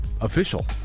official